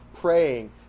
praying